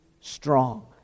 strong